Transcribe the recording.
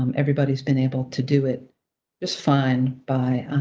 um everybody's been able to do it just fine by